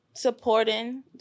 Supporting